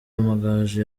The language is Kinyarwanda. amagaju